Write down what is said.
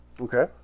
Okay